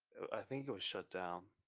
i think it was shut down,